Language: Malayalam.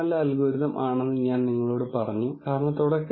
എനിക്ക് ലഭിച്ച ഫലങ്ങൾ മതിയായതാണോ അല്ലയോ എന്ന് ഞാൻ എങ്ങനെ ഉറപ്പാക്കും